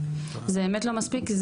זה באמת לא מספיק.